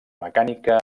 mecànica